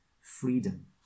freedom